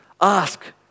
ask